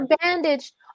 bandaged